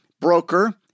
broker